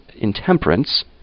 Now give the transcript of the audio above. intemperance